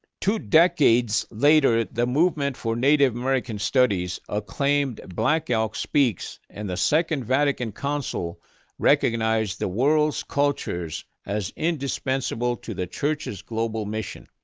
two decades later, the movement for native american studies acclaimed black elk speaks and the second vatican council recognized the world's cultures as indispensable to the church's global mission.